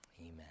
amen